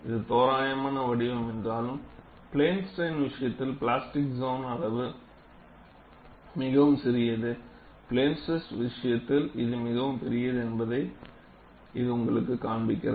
இது தோராயமான வடிவம் என்றாலும் பிளேன் ஸ்ட்ரைன் விஷயத்தில் பிளாஸ்டிக் சோன் அளவு மிகவும் சிறியது மற்றும் பிளேன் ஸ்டிரஸ் விஷயத்தில் இது மிகவும் பெரியது என்பதை இது உங்களுக்கு காண்பிக்கிறது